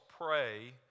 pray